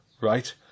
right